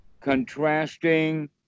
contrasting